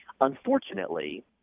Unfortunately